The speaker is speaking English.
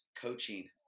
coaching